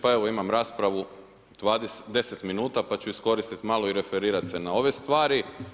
Pa evo imam raspravu 10 minuta pa ću iskoristiti malo i referirati se na ove stvari.